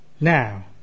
now